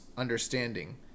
understanding